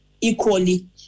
equally